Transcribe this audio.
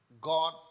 God